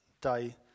day